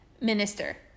minister